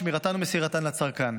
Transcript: שמירתן ומסירתן לצרכן).